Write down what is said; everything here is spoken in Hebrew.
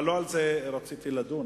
אבל לא על זה רציתי לדבר.